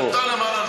לא נכון.